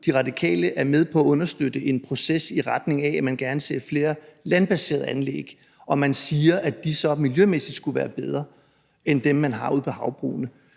De Radikale er med på at understøtte en proces, i retning af at man gerne ser flere landbaserede anlæg, og man siger, at de miljømæssigt skulle være bedre end dem, man har ude på havbrugene,